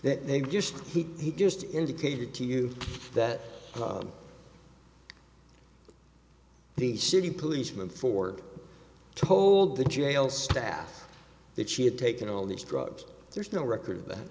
that they'd just he just indicated to you that the city policeman ford told the jail staff that she had taken all these drugs there's no record of that